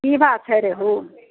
की भाव छै रेहु